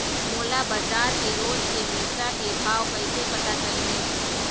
मोला बजार के रोज के मिरचा के भाव कइसे पता चलही?